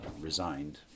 resigned